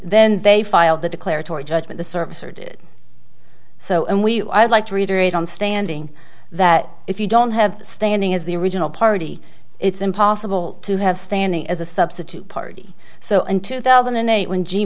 then they filed the declaratory judgment a service or did so and we would like to reiterate on standing that if you don't have standing as the original party it's impossible to have standing as a substitute party so in two thousand and eight when g